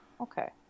Okay